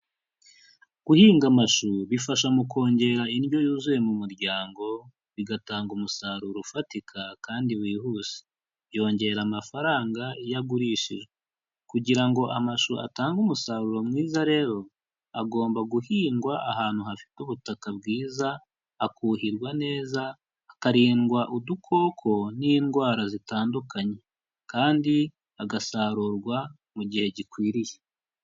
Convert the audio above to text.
Guhinga amashu bifasha mu kongera indyo yuzuye mu muryango bigatanga umusaruro ufatika kandi wihuse, byongera amafaranga iyo agurishijejwe, kugira ngo amashu atange umusaruro mwiza rero, agomba guhingwa ahantu hafite ubutaka bwiza, akuhirwa neza, akarindwa udukoko n'indwara zitandukanye, kandi agasarurwa mu gihe gikwiriye.